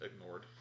ignored